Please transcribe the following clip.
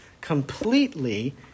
completely